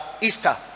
easter